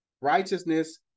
Righteousness